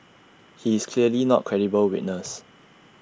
he is clearly not credible witness